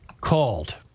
called